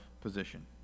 position